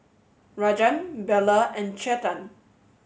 Rajan Bellur and Chetan